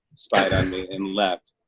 spied on me and left.